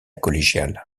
collégiale